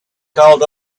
called